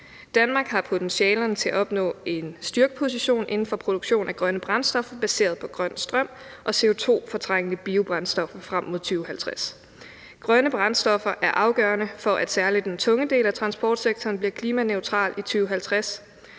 Danmark har potentialerne til at opnå en styrkeposition inden for produktion af grønne brændstoffer baseret på grøn strøm og CO2-fortrængende biobrændstoffer frem mod 2050. Grønne brændstoffer er afgørende for, at særligt den tunge del af transportsektoren bliver klimaneutral i 2050.